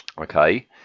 Okay